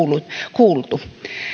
kuultu